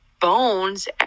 bones